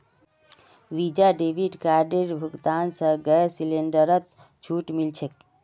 visa debit कार्डेर भुगतान स गैस सिलेंडरत छूट मिल छेक